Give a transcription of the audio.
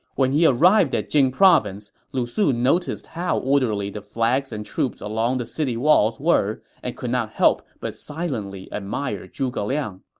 when he arrived at jing province, lu su noticed how orderly the flags and troops along the city walls were and could not help but silently admire zhuge liang.